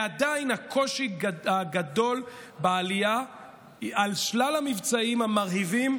עדיין היה קושי גדול בעלייה על שלל המבצעים המרהיבים,